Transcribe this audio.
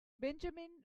benjamin